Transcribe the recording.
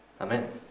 Amen